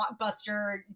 Blockbuster